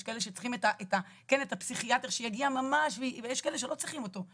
יש כאלה שצריכים את הפסיכיאטר שיגיע ממש ויש כאלה שלא צריכים אותו,